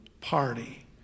party